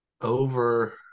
over